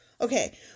okay